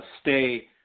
stay